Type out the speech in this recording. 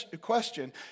question